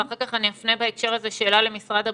ואחר כך אני אפנה בהקשר הזה שאלה למשרד הבריאות,